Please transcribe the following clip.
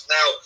Now